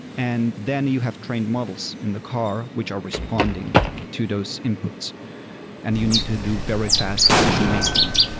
and then you have trained models in the car which are responding to those inputs and you need to do very fast decision-making.